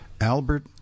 Albert